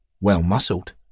Well-muscled